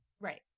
Right